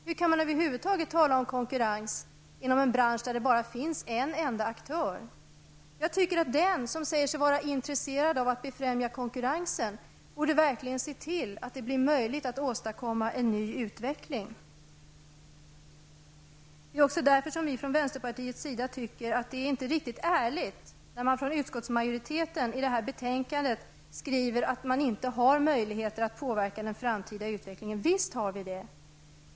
Hur kan man över huvud taget tala om konkurrens inom en bransch där det bara finns en enda aktör? Jag tycker att den som säger sig vara intresserad av att befrämja konkurrensen verkligen borde se till att det blir möjligt att åstadkomma en ny utveckling. Det är också därför som vi från vänsterpartiets sida tycker att det inte är riktigt ärligt, när utskottsmajoriteten i det här betänkandet skriver att man inte har möjligheter att påverka den framtida utvecklingen. Visst har vi det.